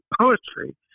poetry